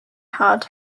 hard